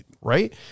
Right